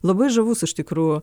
labai žavus iš tikrųjų